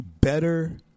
better